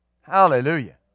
Hallelujah